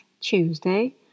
Tuesday